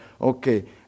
okay